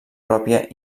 pròpia